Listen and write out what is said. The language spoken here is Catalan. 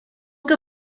que